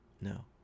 No